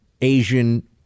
Asian